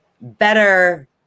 better